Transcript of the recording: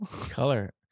Color